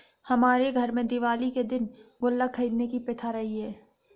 हमारे घर में दिवाली के दिन गुल्लक खरीदने की प्रथा रही है